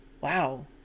wow